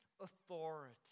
authority